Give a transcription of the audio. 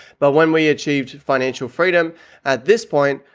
but when we achieved financial freedom at this point,